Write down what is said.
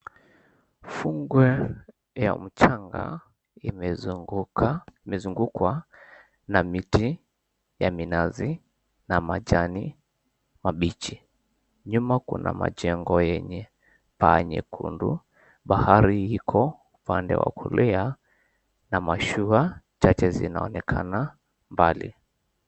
Fukwe ya mchanga imezungukwa na miti ya minazi na majani mabichi. Nyuma kuna majengo yenye paa nyekundu, bahari iko upande wa kulia na mashua chache zinaonekana mbali.